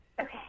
Okay